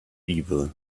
evil